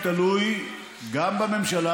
הוא תלוי גם בממשלה,